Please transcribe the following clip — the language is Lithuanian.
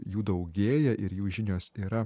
jų daugėja ir jų žinios yra